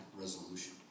resolution